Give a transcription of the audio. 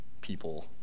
people